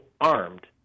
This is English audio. armed